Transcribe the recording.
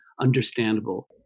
understandable